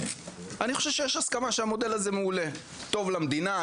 אני חושב שיש הסכמה שהמודל הזה מעולה טוב למדינה,